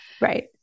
Right